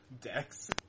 Dex